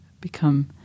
become